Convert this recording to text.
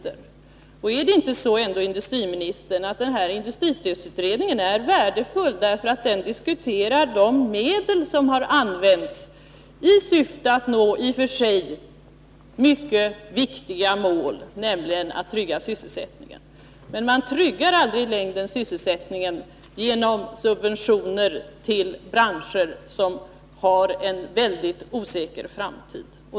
Är det ändå inte så, herr industriminister, att den här industristödsutredningen är värdefull, därför att den diskuterar de medel som har använts i syfte att nå ett i och för sig mycket viktigt mål, nämligen att trygga sysselsättningen. Men man tryggar i längden aldrig sysselsättningen genom subventioner till branscher som har en mycket osäker framtid. Det är.